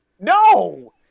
no